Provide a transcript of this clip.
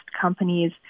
companies